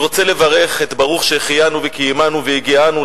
אני רוצה לברך ברוך שהחיינו וקיימנו והגיענו